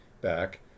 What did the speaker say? back